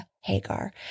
Hagar